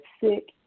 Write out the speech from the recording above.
sick